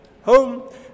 home